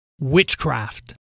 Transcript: witchcraft